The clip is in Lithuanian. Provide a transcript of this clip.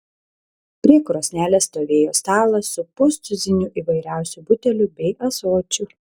prie krosnelės stovėjo stalas su pustuziniu įvairiausių butelių bei ąsočių